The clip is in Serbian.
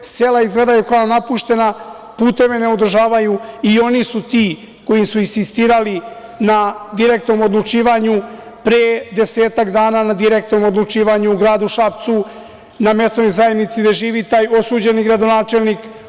Sela izgledaju kao napuštena, puteve ne održavaju i oni su ti koji su insistirali na direktnom odlučivanju pre desetak dana na direktnom odlučivanju u gradu Šapcu na mesnoj zajednici gde živi taj osuđeni gradonačelnik.